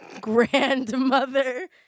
grandmother